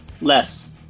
less